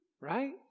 right